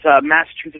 Massachusetts